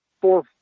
four